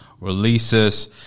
releases